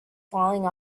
falling